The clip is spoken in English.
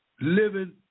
living